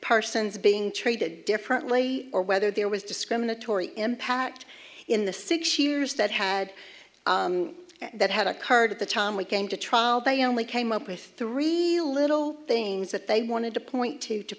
parsons being treated differently or whether there was discriminatory impact in the six years that had that had occurred at the time we came to trial they only came up with three little things that they wanted to point to to